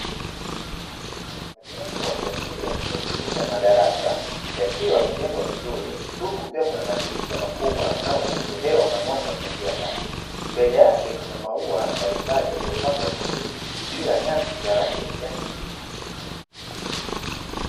Majengo ya shule ya msingi ya madarasa yakiwa yamejegwa vizuri huku yakiwa na madirisha makubwa yanayoruhusu mwanga na hewa kuingia ndani, mbele yake kukiwa na maua yaliyopangwa vizuri juu ya nyasi za rangi ya kijani kibichi.